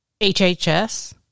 HHS